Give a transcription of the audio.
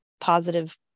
positive